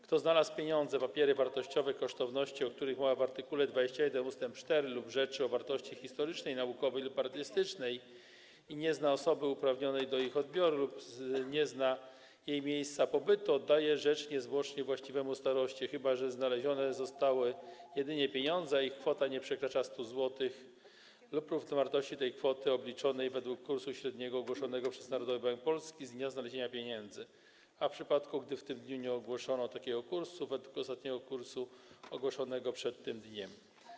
Kto znalazł pieniądze, papiery wartościowe, kosztowności, o których mowa w art. 21 ust. 4, lub rzeczy o wartości historycznej, naukowej lub artystycznej i nie zna osoby uprawnionej do ich odbioru lub nie zna jej miejsca pobytu, oddaje rzecz niezwłocznie właściwemu staroście, chyba że znalezione zostały jedynie pieniądze, a ich kwota nie przekracza 100 zł lub równowartości tej kwoty obliczonej według średniego kursu ogłoszonego przez Narodowy Bank Polski z dnia znalezienia pieniędzy, a w przypadku gdy w tym dniu nie ogłoszono takiego kursu, według ostatniego kursu ogłoszonego przed tym dniem.